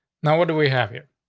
now, what do we have here?